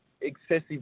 excessive